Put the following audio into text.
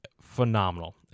Phenomenal